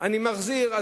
אני מחזיר,